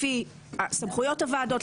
לפי סמכויות הוועדות,